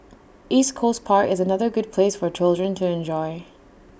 East Coast park is another good place for children to enjoy